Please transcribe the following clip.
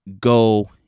go